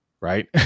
right